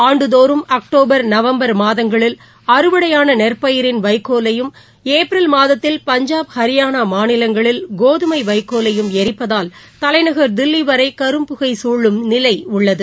ஆண்டுதோறும் October November மாதங்களில் அறுவடையானநெற்பயிரின் வைக்கோலையும் ஏப்ரல் மாதத்தில் பஞ்சாப் ஹரியானாமாநிலங்களில் கோதுமைவைக்கோலையும் எரிப்பதால் தலைநகர் தில்லிவரைகரும்புகை குழும் நிலைஉள்ளது